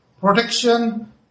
protection